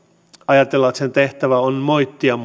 ajatellaan että opposition tehtävä on moittia